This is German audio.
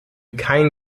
kein